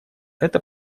эта